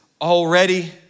already